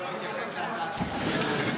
הוא לא התייחס להסכמת החוק.